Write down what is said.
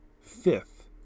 fifth